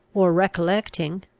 or, recollecting,